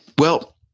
well,